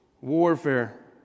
warfare